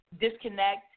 disconnect